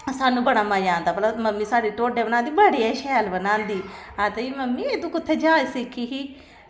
सानूं बड़ा मजा औंदा भला मम्मी साढ़ी ढोड्डे बनांदी बड़े शैल बनांदी ते आखदी मम्मी तूं कुत्थै जाच सिक्खी ही